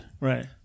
Right